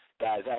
Guys